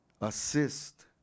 assist